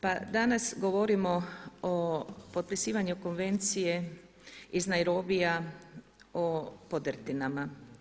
Pa danas govorimo o potpisivanju Konvencije iz Nairobija o podrtinama.